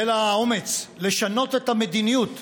יהיה לה האומץ לשנות את המדיניות: